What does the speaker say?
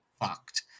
fucked